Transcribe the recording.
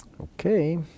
Okay